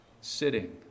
sitting